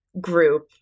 group